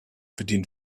bedient